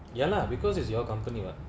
ya lah because is your company mah